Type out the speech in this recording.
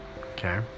Okay